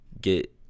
get